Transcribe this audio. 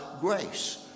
grace